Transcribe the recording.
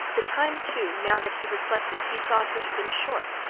the time, too, now that he reflected, he saw to have been short.